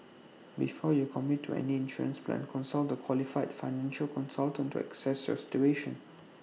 before you commit to any insurance plan consult A qualified financial consultant to assess your situation